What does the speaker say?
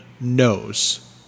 knows